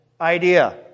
idea